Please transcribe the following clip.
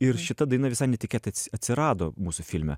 ir šita daina visai netikėtai atsirado mūsų filme